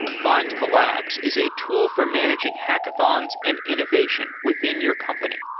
findcollabs is a tool for managing hackathons and innovation within your company.